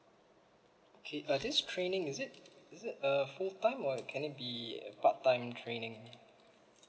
K uh this training is it is it a full time or can it be a part time training